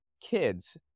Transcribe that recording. kids